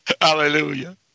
hallelujah